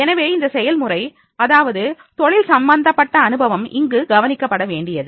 எனவே இந்த செயல்முறை அதாவது தொழில் சம்பந்தப்பட்ட அனுபவம் இங்கு கவனிக்கப்பட வேண்டியது